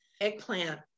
eggplant